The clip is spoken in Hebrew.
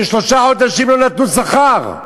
ששלושה חודשים לא נתנו שכר,